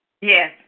Yes